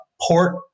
port